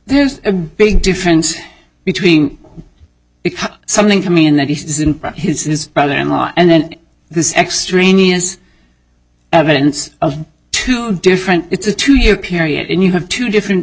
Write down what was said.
there is a big difference between something from me and that he says in his brother in law and then this extraneous evidence of two different it's a two year period and you have two different